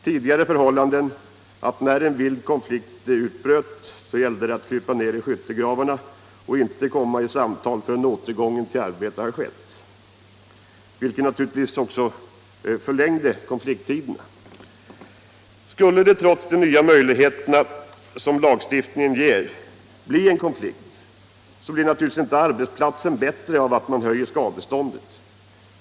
Tidigare var förhållandena sådana att det, när en vild strejk utbröt, gällde att krypa ned i skyttegravarna och inte komma i samtal förrän återgång till arbetet hade skett — vilket också förlängde konflikterna. Skulle det, trots de nya möjligheter lagstiftningen ger, bli en konflikt, blir naturligtvis inte läget på arbetsplatsen bättre av att man höjer skadeståndet.